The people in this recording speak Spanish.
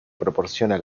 proporciona